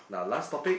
now last topic